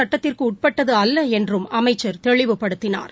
சட்டத்திற்குட்பட்டது அல்ல என்றும் அமைச்ச் தெளிவுப்படுத்தினார்